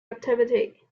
activity